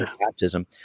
baptism